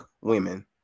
women